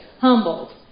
humbled